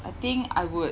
I think I would